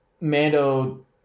Mando